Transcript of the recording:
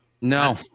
No